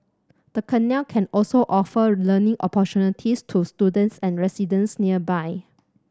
the canal can also offer learning opportunities to students and residents nearby